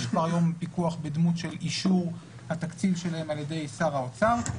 יש כבר היום פיקוח בדמות של אישור התקציב שלהם על ידי שר האוצר.